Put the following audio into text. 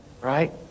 Right